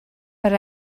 but